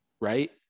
right